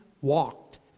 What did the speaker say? walked